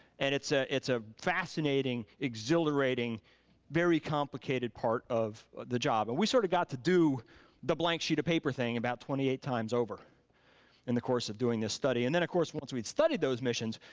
and it's ah it's a fascinating, exhilarating very complicated part of the job. and we sort of got to do the blank sheet of paper thing about twenty eight times over in the course of doing this study and then of course, once we'd studied those missions,